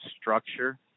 structure